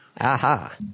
Aha